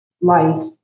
life